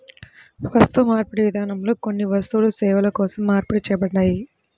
వస్తుమార్పిడి విధానంలో కొన్ని వస్తువులు సేవల కోసం మార్పిడి చేయబడ్డాయి